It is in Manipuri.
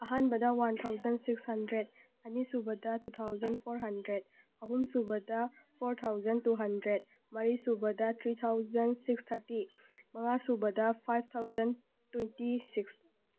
ꯑꯍꯥꯟꯕꯗ ꯋꯥꯟ ꯊꯥꯎꯖꯟ ꯁꯤꯛꯁ ꯍꯟꯗ꯭ꯔꯦꯠ ꯑꯅꯤꯁꯨꯕꯗ ꯇꯨ ꯊꯥꯎꯖꯟ ꯐꯣꯔ ꯍꯟꯗ꯭ꯔꯦꯠ ꯑꯍꯨꯝꯁꯨꯕꯗ ꯐꯣꯔ ꯊꯥꯎꯖꯟ ꯇꯨ ꯍꯟꯗ꯭ꯔꯦꯠ ꯃꯔꯤꯁꯨꯕꯗ ꯊ꯭ꯔꯤ ꯊꯥꯎꯖꯟ ꯁꯤꯛꯁ ꯊꯥꯔꯇꯤ ꯃꯉꯥꯁꯨꯕꯗ ꯐꯥꯏꯞ ꯊꯥꯎꯖꯟ ꯇ꯭ꯋꯦꯟꯇꯤ ꯁꯤꯛꯁ